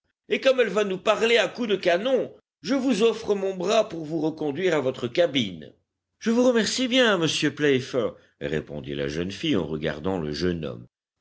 et comme elle va nous parler à coups de canon je vous offre mon bras pour vous reconduire à votre cabine je vous remercie bien monsieur playfair répondit la jeune fille en regardant le jeune homme